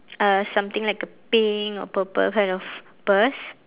uh something like a pink or purple kind of purse